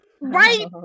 Right